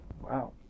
Wow